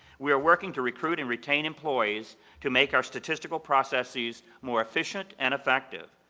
we are working to recruit and retain employees to make our statistical processes more efficient and effective.